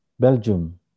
Belgium